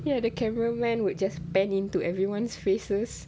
ya the cameraman would just bend into everyone's faces